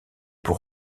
pour